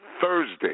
Thursday